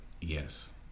Yes